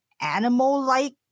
animal-like